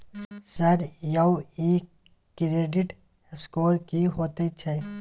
Sir यौ इ credit score की होयत छै?